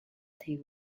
team